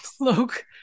Look